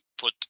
put